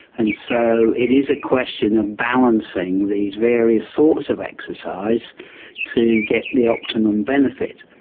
and so it is a question of balancing these various sorts of exercise to get the optimum benefit.